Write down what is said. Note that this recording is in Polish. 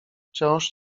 wciąż